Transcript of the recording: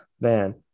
man